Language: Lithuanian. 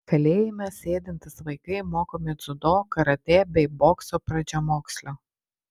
kalėjime sėdintys vaikai mokomi dziudo karatė bei bokso pradžiamokslio